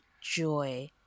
joy